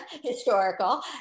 historical